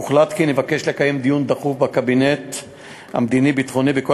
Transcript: הוחלט כי נבקש לקיים דיון דחוף בקבינט המדיני-ביטחוני בכל